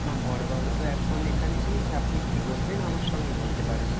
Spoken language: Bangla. না বড়োবাবু তো এখন এখানে নেই আপনি কী বলবেন আমার সঙ্গে বলতে পারেন